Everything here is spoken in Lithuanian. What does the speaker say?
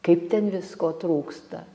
kaip ten visko trūksta